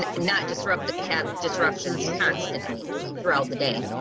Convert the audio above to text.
and not disrupt have disruptions constantly throughout the day.